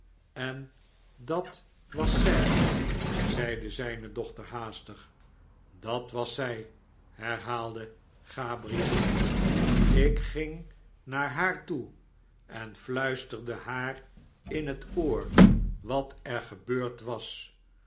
en dat was zij zeide zijne dochter haastig dat was zij herhaalde gabriel ik ging naar haar toe en fluisterde haar in het oor wat er gebeurd was